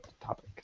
topic